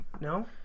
No